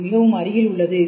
இது மிகவும் அருகில் உள்ளது